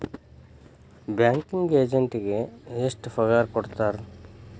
Banking ಎಜೆಂಟಿಗೆ ಎಷ್ಟ್ ಪಗಾರ್ ಕೊಡ್ತಾರ್?